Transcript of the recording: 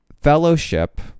Fellowship